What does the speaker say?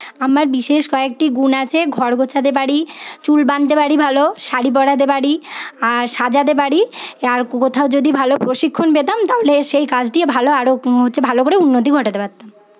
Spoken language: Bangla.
আমার বিশেষ কয়েকটি গুণ আছে ঘর গোছাতে পারি চুল বাঁধতে পারি ভালো শাড়ি পরাতে পারি আর সাজাতে পারি আর কোথাও যদি ভালো প্রশিক্ষণ পেতাম তাহলে সেই কাজটি ভালো আরও হচ্ছে ভালো করে উন্নতি ঘটাতে পারতাম